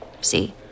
See